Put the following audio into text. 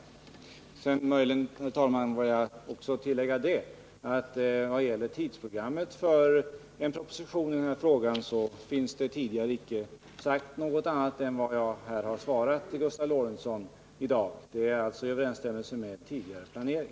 Jag vill möjligen tillägga att det tidigare inte sagts något annat om tidsprogrammet för en proposition i den här frågan än vad jag svarat Gustav Lorentzon i dag. Det står i överensstämmelse med tidigare planering.